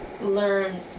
learn